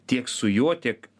tiek su juo tiek